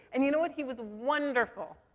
and you know what? he was wonderful.